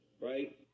right